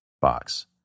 box